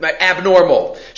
abnormal